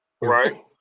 right